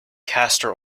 castor